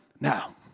now